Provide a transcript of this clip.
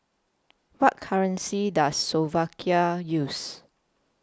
What currency Does Slovakia use